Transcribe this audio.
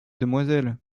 demoiselles